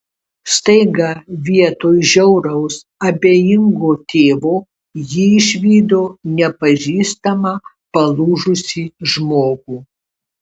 staiga vietoj žiauraus abejingo tėvo ji išvydo nepažįstamą palūžusį žmogų